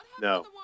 No